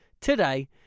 today